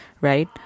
right